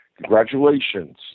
Congratulations